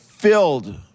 Filled